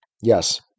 Yes